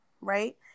right